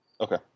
Okay